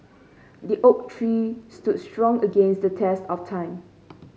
the oak tree stood strong against the test of time